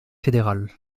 fédéral